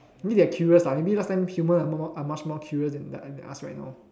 maybe they're curious lah maybe last time human are no more are much more curious than than us right now